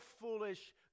foolish